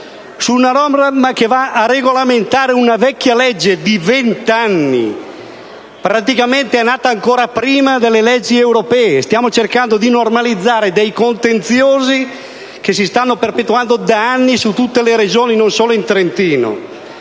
senso, che regolamenta una legge vecchia di 20 anni, praticamente nata ancora prima delle leggi europee. Stiamo cercando di normalizzare dei contenziosi che si stanno perpetuando da anni su tutte le Regioni, e non solo in Trentino.